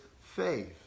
faith